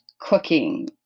cooking